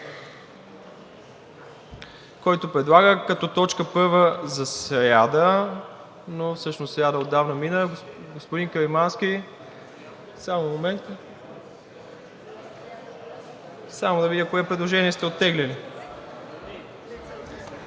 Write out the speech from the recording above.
който предлага като точка първа за сряда, но всъщност сряда отдавна мина. Господин Каримански, само да видя кое предложение сте оттеглили.